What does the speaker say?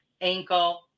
ankle